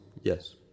Yes